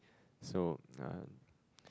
so uh